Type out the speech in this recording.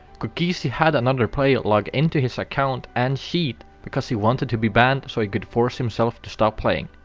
cookiezi had another player log into his account and cheat because he wanted to be banned so he could force himself to stop playing.